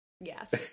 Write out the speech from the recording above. yes